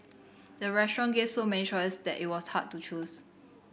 the restaurant gave so many choices that it was hard to choose